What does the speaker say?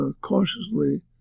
cautiously